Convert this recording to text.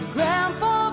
Grandpa